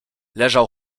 leżał